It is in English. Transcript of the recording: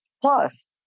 plus